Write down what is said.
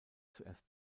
zuerst